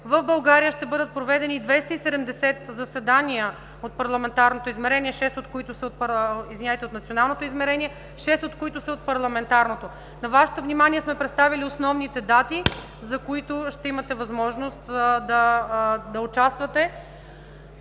в България ще бъдат проведени 270 заседания от националното измерение, шест от които са от парламентарното. На Вашето внимание сме представили основните дати, на които ще имате възможност да участвате.